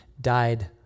died